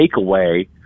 takeaway